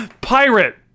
pirate